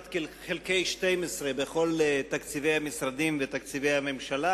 חלקי 12" בכל תקציבי המשרדים ותקציבי הממשלה.